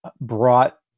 brought